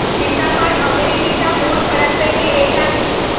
सीताफळ अमेरिकेच्या मूळ फळांपैकी एक आहे